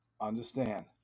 understand